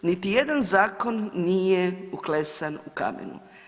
Niti jedan zakon nije uklesan u kamenu.